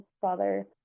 Father